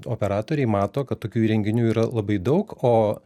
operatoriai mato kad tokių įrenginių yra labai daug o